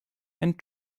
and